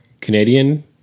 Canadian